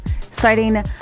citing